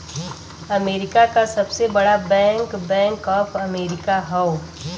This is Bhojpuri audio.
अमेरिका क सबसे बड़ा बैंक बैंक ऑफ अमेरिका हौ